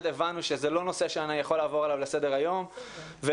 הבנו שזה לא נושא שאני יכול לעבור אליו לסדר היום לכן